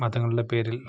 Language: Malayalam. മതങ്ങളുടെ പേരില്